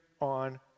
on